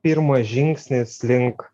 pirmas žingsnis link